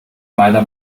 meiner